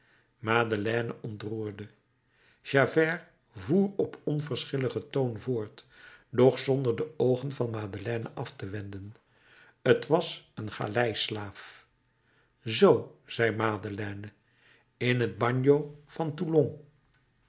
madeleine ontroerde javert voer op onverschilligen toon voort doch zonder de oogen van madeleine af te wenden t was een galeislaaf zoo zei madeleine in het bagno van toulon